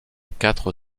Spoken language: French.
quatre